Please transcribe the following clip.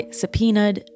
subpoenaed